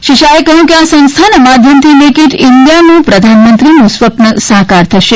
શ્રી શાહે કહ્યું કે આ સંસ્થાના માધ્યમથી મેઇક ઇન્ડિયાનું પ્રધાનમંત્રીનું સ્વપ્ન સાકાર થશે